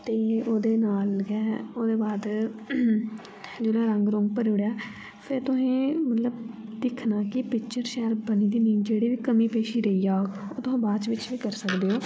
ते ओह्दे नाल गै ओह्दे बाद जेल्लै रंग रूंग भरी ओड़ेआ ते फेर तुसें मतलब दिक्खना के पिक्चर शैल बनी दी नेईं जेह्ड़ी बी कमी पेशी रेही जाह्ग ओह् तुस बाद बिच्च बी करी सकदे ओ